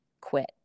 quit